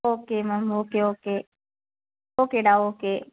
okay ma'am okay okay ஓகேடா okay